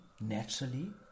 naturally